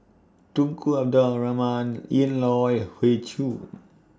Tunku Abdul Rahman Ian Loy Hoey Choo